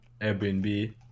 Airbnb